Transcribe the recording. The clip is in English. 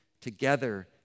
together